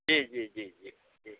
जी जी जी जी जी